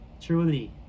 truly